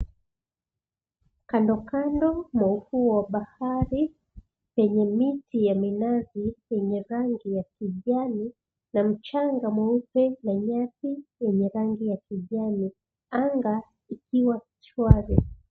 Kando kando mwa ufuo wa bahari wenye miti ya minazi yenye rangi ya kijani na mchanga mweupe na nyasi yenye rangi ya kijani, anga ikiwa shwari.